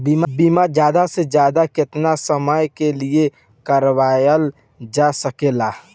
बीमा ज्यादा से ज्यादा केतना समय के लिए करवायल जा सकेला?